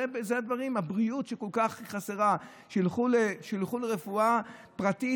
הבריאות כל כך חסרה, שילכו לרפואה פרטית.